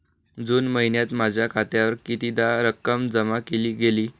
जून महिन्यात माझ्या खात्यावर कितीदा रक्कम जमा केली गेली?